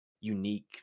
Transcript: unique